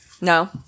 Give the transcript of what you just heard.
No